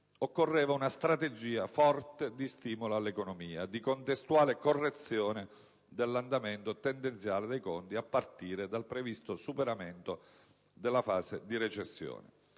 occorreva una strategia forte di stimolo all'economia e di contestuale correzione dell'andamento tendenziale dei conti a partire dal previsto superamento della fase di recessione.